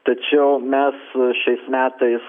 tačiau mes šiais metais